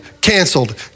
canceled